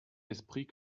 esprit